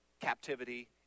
captivity